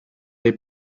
dei